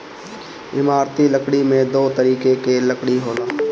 इमारती लकड़ी में दो तरीके कअ लकड़ी होला